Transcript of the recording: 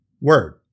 Word